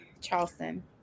Charleston